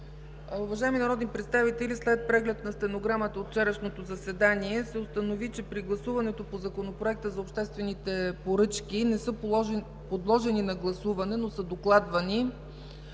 Уважаеми народни представители, след преглед на стенограмата от вчерашното заседание се установи, че при гласуването по Законопроекта за обществените поръчки не са подложени на гласуване, но са докладвани,